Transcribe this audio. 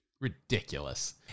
ridiculous